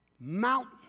mountain